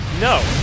no